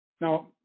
now